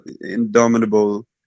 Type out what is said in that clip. indomitable